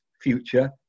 future